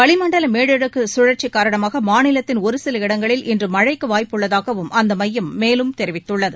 வளிமண்டல மேலடுக்கு கழற்சி காரணமாக மாநிலத்தின் ஒரு சில இடங்களில் இன்று மழைக்கு வாய்ப்புள்ளதாகவும் அந்த மையம் மேலும் தெரிவித்துள்ளது